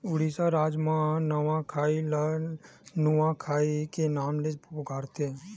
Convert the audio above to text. उड़ीसा राज म नवाखाई ल नुआखाई के नाव ले पुकारथे